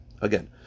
again